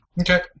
Okay